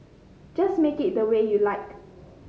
just make it the way you like